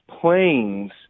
planes